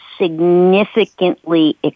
significantly